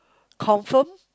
confirm